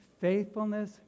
Faithfulness